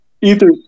Ether